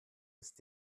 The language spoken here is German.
ist